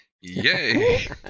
Yay